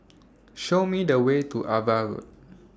Show Me The Way to AVA Road